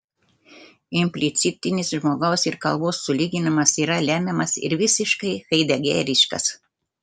implicitinis žmogaus ir kalbos sulyginimas yra lemiamas ir visiškai haidegeriškas